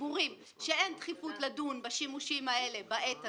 סבורים שאין דחיפות לדון בשימושים האלה בעת הזאת,